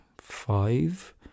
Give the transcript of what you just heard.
five